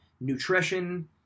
nutrition